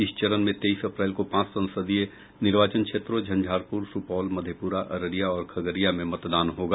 इस चरण में तेईस अप्रैल को पांच संसदीय निर्वाचन क्षेत्रों झंझारपुर सुपौल मधेपुरा अररिया और खगडिया में मतदान होगा